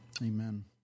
Amen